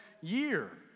year